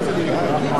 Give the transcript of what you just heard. משרד התיירות (שיווק תיירות בישראל),